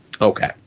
Okay